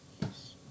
Yes